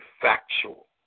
factual